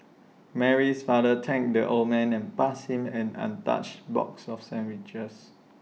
Mary's father thanked the old man and passed him an untouched box of sandwiches